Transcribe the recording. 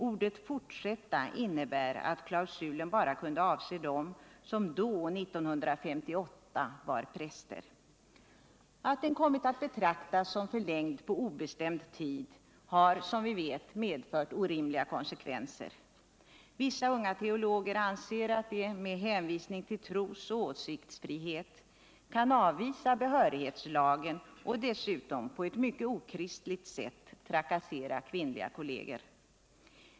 Ordet fortsätta innebär att klausulen bara kunde avse dem som då, 1958, var präster. Att den kommit att betraktas såsom förlängd på obestämd tid har, som vi vet, medfört orimliga konsekvenser. Vissa unga teologer anser att de med hänvisning till tros och åsiktsfriheten kan avvisa behörighetslagen och dessutom på ett mycket okristligt sätt trakassera kvinnliga kolleger.